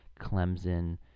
Clemson